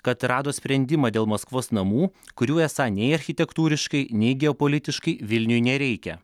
kad rado sprendimą dėl maskvos namų kurių esą nei architektūriškai nei geopolitiškai vilniui nereikia